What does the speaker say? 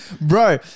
Bro